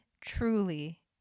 truly